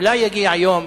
אולי יגיע היום,